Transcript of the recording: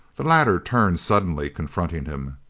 the latter turned, suddenly confronting him.